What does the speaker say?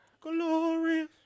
Glorious